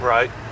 Right